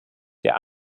der